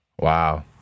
Wow